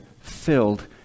filled